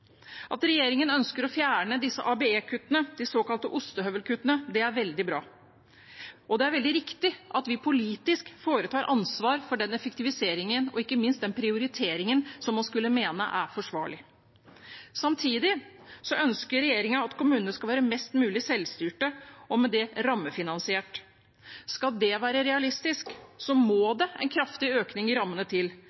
At regjeringen ønsker å fjerne disse ABE-kuttene, de såkalte ostehøvelkuttene, er veldig bra. Det er veldig riktig at vi politisk tar ansvar for den effektiviseringen og ikke minst den prioriteringen som man skulle mene er forsvarlig. Samtidig ønsker regjeringen at kommunene skal være mest mulig selvstyrte og med det rammefinansierte. Skal det være realistisk, må